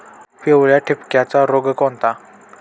पिवळ्या ठिपक्याचा रोग कोणता?